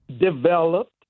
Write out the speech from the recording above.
developed